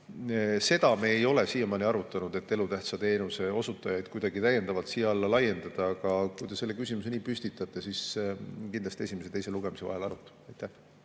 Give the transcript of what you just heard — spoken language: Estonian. Seda me ei ole siiamaani arutanud, et elutähtsa teenuse osutajaid kuidagi täiendavalt siia alla laiendada, aga kui te selle küsimuse nii püstitate, siis kindlasti esimese ja teise lugemise vahel arutame. Aitäh!